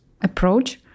approach